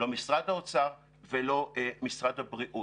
לא משרד האוצר ולא משרד הבריאות.